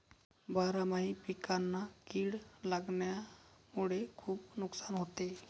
बारामाही पिकांना कीड लागल्यामुळे खुप नुकसान होते